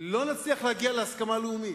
לא נצליח להגיע להסכמה לאומית.